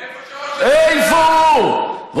איפה שראש הממשלה.